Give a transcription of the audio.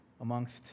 amongst